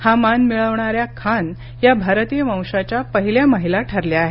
हा मान मिळवणाऱ्या खान या भारतीय वंशाच्या पहिल्या महिला ठरल्या आहेत